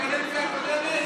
בקדנציה הקודמת?